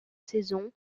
saison